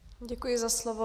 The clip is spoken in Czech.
Děkuji za slovo.